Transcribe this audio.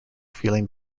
feeling